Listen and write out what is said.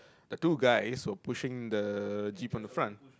the two guys were pushing the jeep from the front